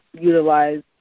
utilize